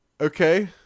Okay